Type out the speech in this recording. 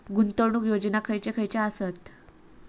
गुंतवणूक योजना खयचे खयचे आसत?